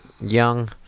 young